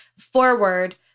forward